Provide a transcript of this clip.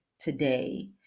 today